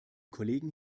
kollegen